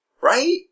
Right